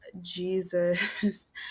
jesus